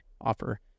offer